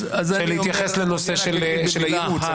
להתייחס לנושא של הייעוץ.